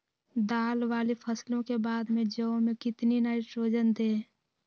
दाल वाली फसलों के बाद में जौ में कितनी नाइट्रोजन दें?